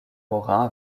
morin